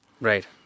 right